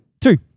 Two